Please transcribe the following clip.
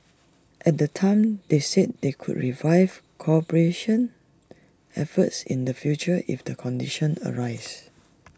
at the time they said they could revive cooperation efforts in the future if the conditions arise